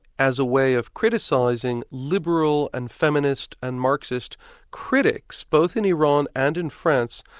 as a way of criticising liberal and feminist and marxist critics, both in iran and in france,